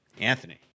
anthony